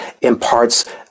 imparts